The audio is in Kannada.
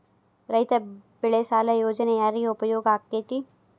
ರೈತ ಬೆಳೆ ಸಾಲ ಯೋಜನೆ ಯಾರಿಗೆ ಉಪಯೋಗ ಆಕ್ಕೆತಿ?